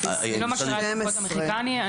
היא לא מזכירה את תקופות המחיקה.